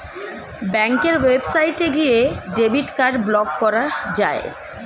ব্যাঙ্কের ওয়েবসাইটে গিয়ে ডেবিট কার্ড ব্লক করা যায়